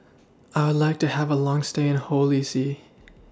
I Would like to Have A Long stay in Holy See